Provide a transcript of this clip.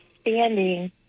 standing